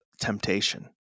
temptation